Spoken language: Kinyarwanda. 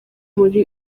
muri